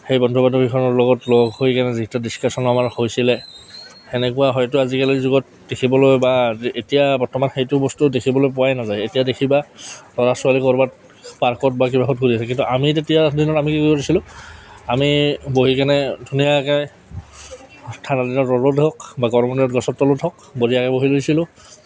সেই বন্ধু বান্ধৱীখিনিৰ লগত লগ হৈকেনে যিটো ডিছকাছন আমাৰ হৈছিলে সেনেকুৱা হয়তো আজিকালিৰ যুগত দেখিবলৈ বা এতিয়া বৰ্তমান সেইটো বস্তু দেখিবলৈ পোৱাই নাযায় এতিয়া দেখিবা ল'ৰা ছোৱালী ক'ৰবাত পাৰ্কত বা কিবাখনত ঘূৰি আছিলে কিন্তু আমি তেতিয়া দিনত আমি কি কৰিছিলোঁ আমি বহি কেনে ধুনীয়াকে ঠাণ্ডা দিনত ৰ'দত হওক বা গৰম দিনত গছৰ তলত হওক বঢ়িয়াকে বহি গৈছিলোঁ